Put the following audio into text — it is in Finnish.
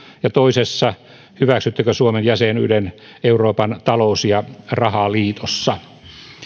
ja toisessa hyväksyttekö suomen jäsenyyden euroopan talous ja rahaliitossa